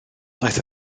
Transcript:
daeth